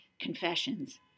confessions